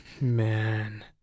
Man